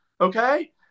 okay